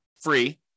free